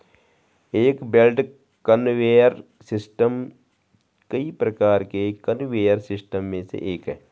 एक belt conveyor system कई प्रकार के कन्वेयर सिस्टम में से एक है